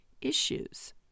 issues